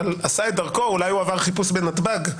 אולי עבר חיפוש בנתב"ג,